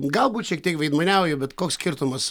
galbūt šiek tiek veidmainiauju bet koks skirtumas